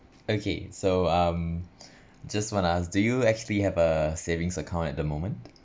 okay so um just wanna ask do you actually have a savings account at the moment